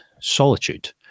Solitude